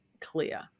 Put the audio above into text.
clear